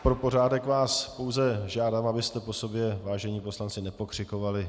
Pro pořádek vás pouze žádám, abyste po sobě, vážení poslanci, nepokřikovali.